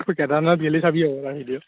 কেদাৰনাথ গেলি চাবি আৰু তাৰ ভিডিঅ'